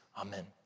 amen